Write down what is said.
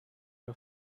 you